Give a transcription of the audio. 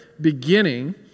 beginning